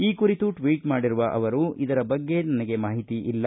ಈ ಕುರಿತು ಟ್ವೇಟ್ ಮಾಡಿರುವ ಅವರು ಇದರ ಬಗ್ಗೆ ಮಾಹಿತಿ ಇಲ್ಲ